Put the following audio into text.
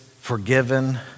forgiven